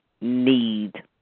need